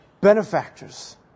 benefactors